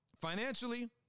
Financially